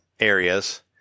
areas